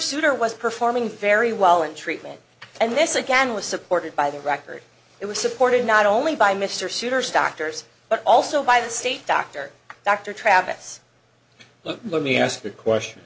souter was performing very well in treatment and this again was supported by the record it was supporting not only by mr souter's doctors but also by the state doctor dr travis let me ask the question